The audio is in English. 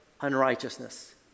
unrighteousness